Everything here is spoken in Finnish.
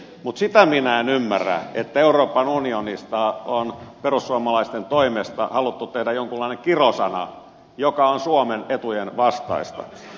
mutta sitä minä en ymmärrä että euroopan unionista on perussuomalaisten toimesta haluttu tehdä jonkunlainen kirosana joka on suomen etujen vastaista